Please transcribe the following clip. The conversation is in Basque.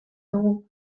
dugu